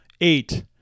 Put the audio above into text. Eight